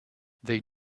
they